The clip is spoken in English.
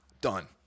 done